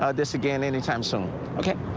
ah this again any time soon okay,